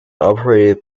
operated